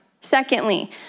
Secondly